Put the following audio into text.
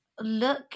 look